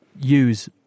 use